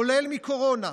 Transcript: כולל מקורונה,